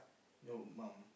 your mum